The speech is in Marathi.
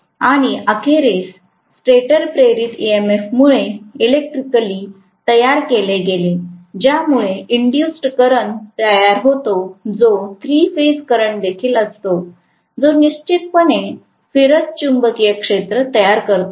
आणि अखेरीस स्टेटर प्रेरित ईएमएफमुळे इलेक्ट्रिकली तयार केले गेले ज्यामुळे इन्दुस्ड करंट तयार होतो जो थ्री फेज करंट देखील असतो जो निश्चितपणे फिरत चुंबकीय क्षेत्र तयार करतो